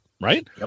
right